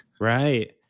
Right